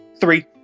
Three